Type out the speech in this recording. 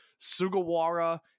Sugawara